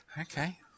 Okay